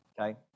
okay